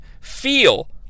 feel